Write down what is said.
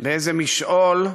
לאיזה משעול,